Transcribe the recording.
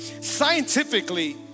scientifically